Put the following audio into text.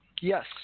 Yes